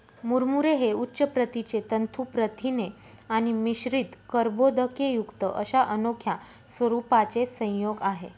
मुरमुरे हे उच्च प्रतीचे तंतू प्रथिने आणि मिश्रित कर्बोदकेयुक्त अशा अनोख्या स्वरूपाचे संयोग आहे